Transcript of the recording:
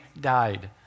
died